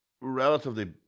Relatively